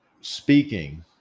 speaking